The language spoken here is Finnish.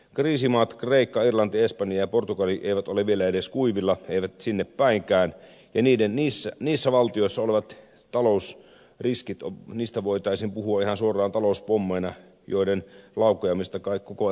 kriisimaat kreikka irlanti espanja ja portugali eivät ole vielä edes kuivilla eivät sinnepäinkään ja niissä valtioissa olevista talousriskeistä voitaisiin puhua ihan suoraan talouspommeina joiden laukeamista kai koko eurooppa pelkää